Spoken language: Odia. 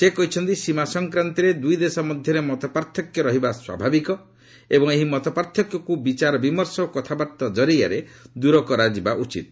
ସେ କହିଛନ୍ତି ସୀମା ସଂକ୍ରାନ୍ତରେ ଦୁଇଦେଶ ମଧ୍ୟରେ ମତପାର୍ଥକ୍ୟ ରହିବା ସ୍ୱାଭାବିକ ଏବଂ ଏହି ମତପାର୍ଥକ୍ୟକୁ ବିଚାର ବିମର୍ଷ ଓ କଥାବାର୍ତ୍ତା କରିଆରେ ଦୂର କରାଯିବା ଉଚିତ୍